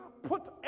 Put